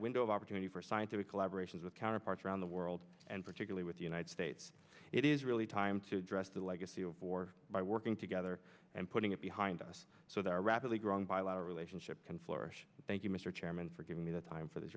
window of opportunity for scientific collaboration with counterparts around the world and particularly with the united states it is really time to address the legacy of war by working together and putting it behind us so that our rapidly growing bilateral relationship can flourish thank you mr chairman for giving me the time for these